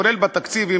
כולל בתקציב,